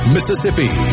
Mississippi